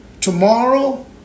Tomorrow